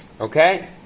Okay